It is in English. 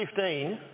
2015